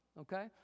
Okay